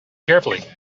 carefully